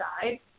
side